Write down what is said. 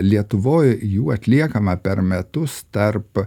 lietuvoj jų atliekama per metus tarp